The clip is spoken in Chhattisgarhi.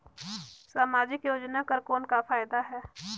समाजिक योजना कर कौन का फायदा है?